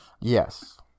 Yes